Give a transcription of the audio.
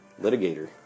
Litigator